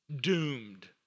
doomed